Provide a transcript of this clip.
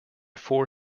four